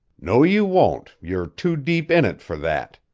no you won't you're too deep in it for that.